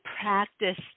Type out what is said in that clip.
practice